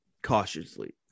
cautiously